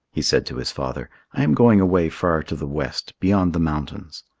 he said to his father, i am going away far to the west, beyond the mountains.